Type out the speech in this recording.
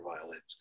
violins